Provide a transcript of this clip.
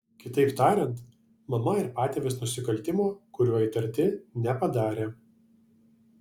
kitaip tariant mama ir patėvis nusikaltimo kuriuo įtarti nepadarė